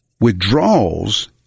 withdrawals